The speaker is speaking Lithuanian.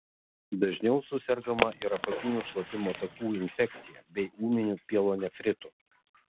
dažniau susergama ir apatinių šlapimo takų infekcija bei ūminiu pielonefritu